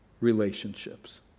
relationships